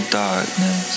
darkness